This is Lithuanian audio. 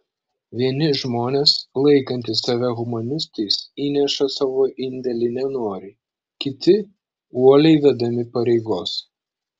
vieni žmonės laikantys save humanistais įneša savo indėlį nenoriai kiti uoliai vedami pareigos